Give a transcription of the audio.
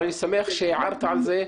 אני שמח שהערת על זה.